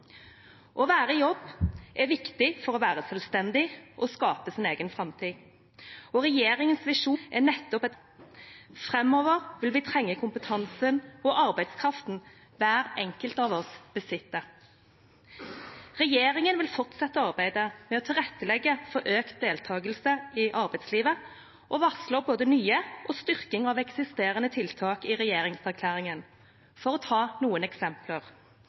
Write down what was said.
Å være i jobb er viktig for å være selvstendig og skape sin egen framtid. Og regjeringens visjon er nettopp et samfunn med muligheter for alle. Framover vil vi trenge kompetansen og arbeidskraften hver enkelt av oss besitter. Regjeringen vil fortsette arbeidet med å tilrettelegge for økt deltakelse i arbeidslivet og varsler både nye tiltak og styrking av eksisterende tiltak i regjeringserklæringen. For å ta noen eksempler: